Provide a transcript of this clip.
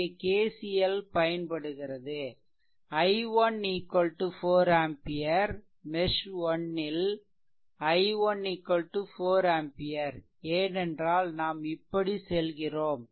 இங்கே KCL பயன்படுகிறது i1 4 ampere mesh 1 ல் i1 4 ampere ஏனென்றால் நாம் இப்படி செல்கிறோம்